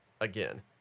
again